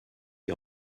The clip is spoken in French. est